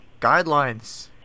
guidelines